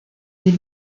des